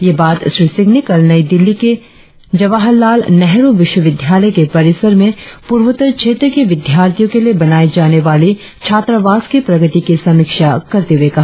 ये बात श्री सिंह ने कल नई दिल्ली के जवाहरलाल नेहरु विश्वविद्यालय के परिसर में पूर्वोत्तर क्षेत्र के विद्यार्थियों के लिए बनाई जाने वाली छात्रावास की प्रगति की समीक्षा करते हुए कहा